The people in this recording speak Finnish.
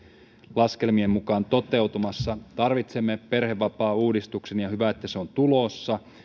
laskelmien mukaan toteutumassa tarvitsemme perhevapaauudistuksen ja hyvä että se on tulossa